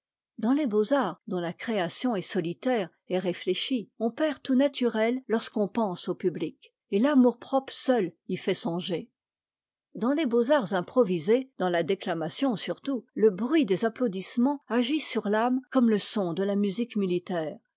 dans les beaux-arts dont la création est solitaire et rëuéchie on perd tout naturel lorsqu'on pense au public et l'amour-propre seul y fait songer dans les beaux-arts improvisés dans la déclamation surtout le bruit des applaudisseménts agit sur l'âme comme le son de la musique militaire